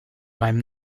meinem